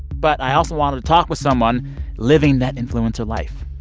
but i also wanted to talk with someone living that influencer life.